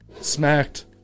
smacked